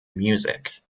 music